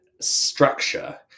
structure